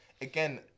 again